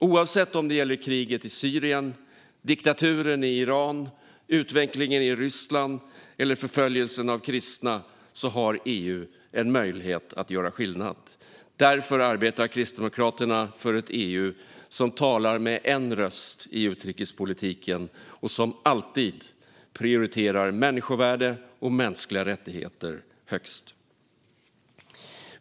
Oavsett om det gäller kriget i Syrien, diktaturen i Iran, utvecklingen i Ryssland eller förföljelsen av kristna har EU möjlighet att göra skillnad. Därför arbetar Kristdemokraterna för ett EU som talar med en röst i utrikespolitiken och som alltid prioriterar människovärde och mänskliga rättigheter högst.